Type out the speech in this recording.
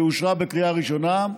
שאושרה בקריאה ראשונה,